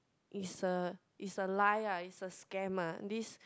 is a is a lie lah is a scam lah this